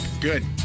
Good